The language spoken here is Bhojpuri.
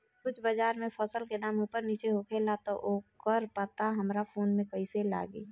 रोज़ बाज़ार मे फसल के दाम ऊपर नीचे होखेला त ओकर पता हमरा फोन मे कैसे लागी?